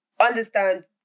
understand